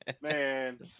man